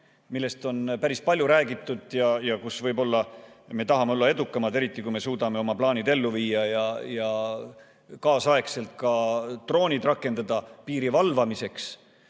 millest on päris palju räägitud ja kus võib-olla me tahame olla edukamad, eriti kui me suudame oma plaanid ellu viia ja ka droonid rakendada piiri valvamiseks.